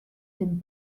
dem